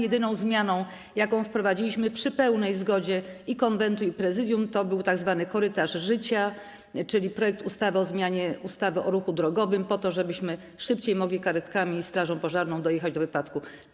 Jedyną zmianą, jaką wprowadziliśmy przy pełnej zgodzie i Konwentu, i Prezydium, był tzw. korytarz życia, czyli projekt ustawy o zmianie ustawy o ruchu drogowym, po to żebyśmy mogli karetkami i strażą pożarną szybciej dojechać do wypadków.